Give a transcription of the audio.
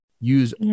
Use